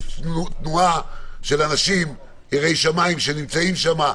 יש תנועה של אנשים יראי שמים שנמצאים שם,